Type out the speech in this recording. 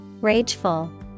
rageful